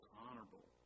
honorable